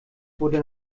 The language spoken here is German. wurde